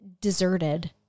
deserted